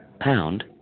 Pound